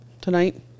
tonight